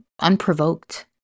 unprovoked